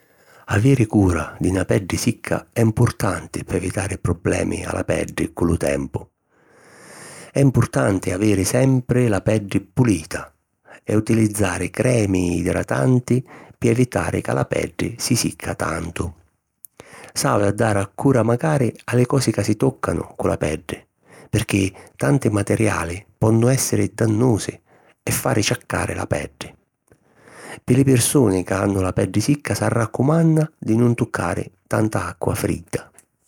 Aviri cura di na peddi sicca è mpurtanti p'evitari problemi a la peddi cu lu tempu. È mpurtanti aviri sempri la peddi pulita e utilizzari cremi idratanti pi evitari ca la peddi si sicca tantu. S'havi a dar'accura macari a li cosi ca si tòccanu cu la peddi pirchì tanti materiali ponnu èssiri dannusi e fari ciaccari la peddi. Pi li pirsuni ca hannu la peddi sicca s'arraccumanna di nun tuccari tanta acqua fridda.